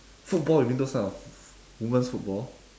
football you mean those kind of women's football